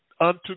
unto